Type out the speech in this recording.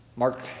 Mark